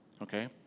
Okay